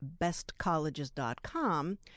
bestcolleges.com